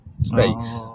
Space